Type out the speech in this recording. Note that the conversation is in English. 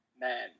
man